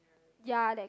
ya leh